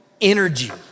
energy